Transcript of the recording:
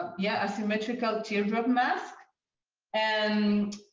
yeah, asymmetrical teardrop masks and